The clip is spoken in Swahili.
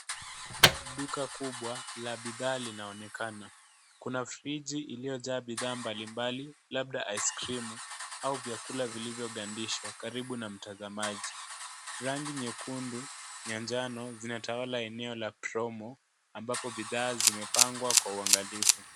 Duka kubwa la bidhaa linaonekana. Kuna friji iliyojaa bidhaa mbalimbali, labda aiskrimu au vyakula vilivyogandishwa karibu na mtazamaji. Rangi nyekundu na njano zinatawala eneo la promo ambapo bidhaa zimepangwa kwa uangalifu.